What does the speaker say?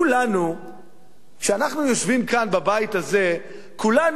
שאנחנו יושבים כאן בבית הזה, כולנו היינו ברשימת